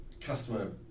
customer